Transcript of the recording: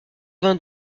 vingt